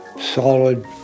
solid